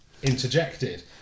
interjected